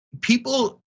People